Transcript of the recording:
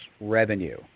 revenue